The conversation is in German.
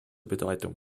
bedeutung